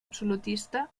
absolutista